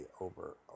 over